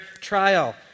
trial